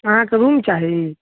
अहाँके रूम चाही